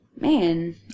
man